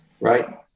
Right